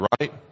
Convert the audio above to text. right